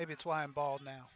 maybe it's why i'm bald now